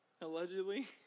Allegedly